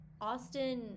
Austin